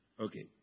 okay